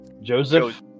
Joseph